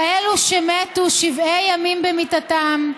כאלה שמתו שבעי ימים במיטתם,